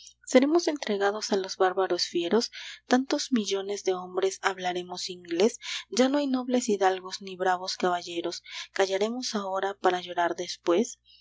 seremos entregados a los bárbaros fieros tantos millones de hombres hablaremos inglés ya no hay nobles hidalgos ni bravos caballeros callaremos ahora para llorar después